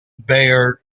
bayer